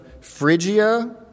Phrygia